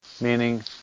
meaning